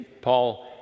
Paul